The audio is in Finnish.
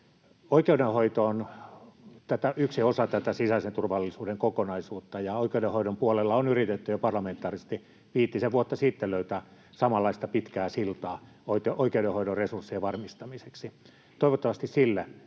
Oikeudenhoito on yksi osa tätä sisäisen turvallisuuden kokonaisuutta, ja oikeudenhoidon puolella on yritetty jo parlamentaarisesti viitisen vuotta sitten löytää samanlaista pitkää siltaa oikeudenhoidon resurssien varmistamiseksi. Toivottavasti sille